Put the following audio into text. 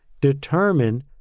determine